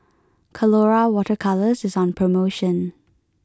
Colora water colours is on promotion